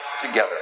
together